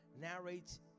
narrates